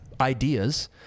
ideas